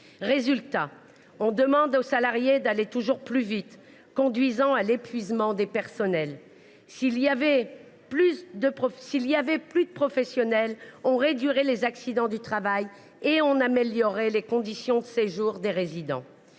Résultat, on demande aux salariés d’aller toujours plus vite, ce qui finit par épuiser le personnel. S’il y avait plus de professionnels, on réduirait les accidents du travail et on améliorerait les conditions de séjour des résidents.